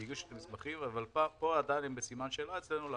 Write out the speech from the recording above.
הם הגישו את המסמכים אבל פה הם עדיין בסימן שאלה אצלנו,